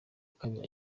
kabiri